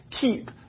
keep